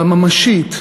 הממשית,